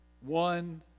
One